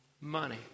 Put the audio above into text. money